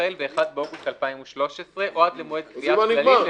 החל ב-1 באוגוסט 2013 או עד למועד קביעת כללים,